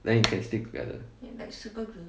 then you can stick together